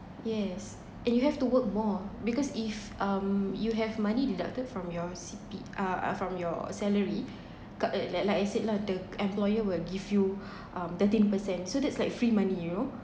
yes and you have to work more because if um you have money deducted from your C_P uh from your salary ca~ like like I said lah the employer will give you um thirteen percent so that's like free money you know